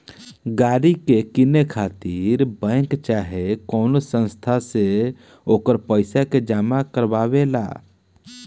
गाड़ी के किने खातिर बैंक चाहे कवनो संस्था से ओकर पइसा के जामा करवावे ला